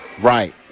Right